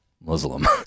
muslim